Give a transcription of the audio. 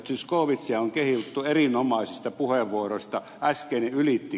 zyskowiczia on kehuttu erinomaisista puheenvuoroista äsken ylitti